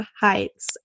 heights